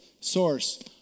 source